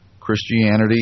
Christianity